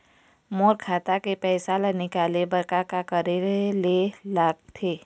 मोर खाता के पैसा ला निकाले बर का का करे ले लगथे?